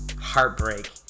heartbreak